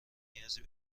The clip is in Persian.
نیازی